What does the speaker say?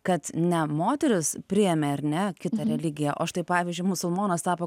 kad ne moteris priėmė ar ne kitą religiją o štai pavyzdžiui musulmonas tapo